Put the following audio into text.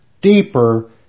deeper